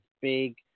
big